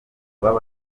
rw’abo